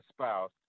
spouse